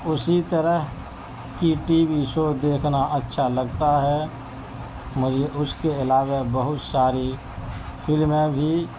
اسی طرح کی ٹی وی شو دیکھنا اچھا لگتا ہے مجھے اس کے علاوہ بہت ساری فلمیں بھی